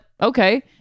okay